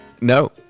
No